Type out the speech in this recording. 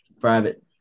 Private